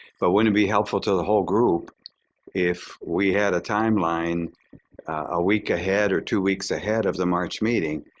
but wouldn't it be helpful to the whole group if we had a timeline a week ahead or two weeks ahead of the march meeting.